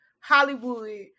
Hollywood